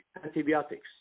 antibiotics